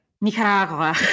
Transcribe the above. Nicaragua